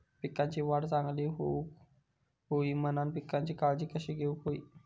पिकाची वाढ चांगली होऊक होई म्हणान पिकाची काळजी कशी घेऊक होई?